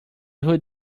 hood